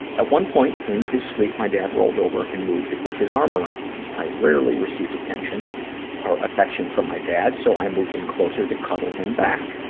at one point in his sleep, my dad rolled over and moved to put his arm around me. i rarely received attention or affection from my dad, so i moved in closer to cuddle him back.